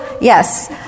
yes